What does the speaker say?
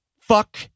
fuck